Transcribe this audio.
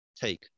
take